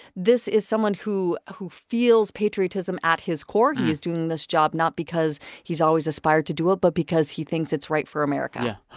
this is someone who who feels patriotism at his core. he is doing this job not because he's always aspired to do it, but because he thinks it's right for america